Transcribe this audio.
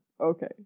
Okay